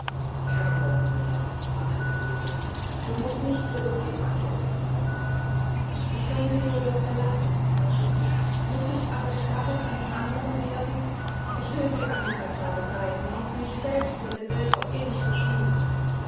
kein wort mehr sprach hippolite du must nicht zurückgehn matilde ich kann theodoren verlassen sagte sie muß ich aber die gattin eines andern werden ich will sie an den altar begleiten und mich selbst vor der welt auf ewig verschließen